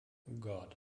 god